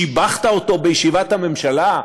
שיבחת אותו בישיבת הממשלה,